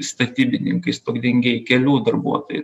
statybininkai stogdengiai kelių darbuotojai